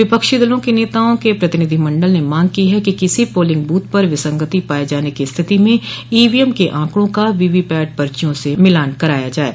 विपक्षी दलों के नेताओं के प्रतिनिधिमंडल ने मांग की है कि किसी पोलिंग बूथ पर विसंगति पाये जाने की स्थिति में ईवीएम के आंकड़ों का वीवीपैट पर्चियों से मिलान कराया जाये